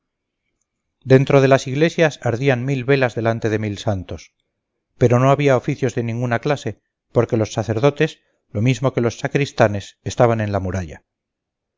dentro de las iglesias ardían mil velas delante de mil santos pero no había oficios de ninguna clase porque los sacerdotes lo mismo que los sacristanes estaban en la muralla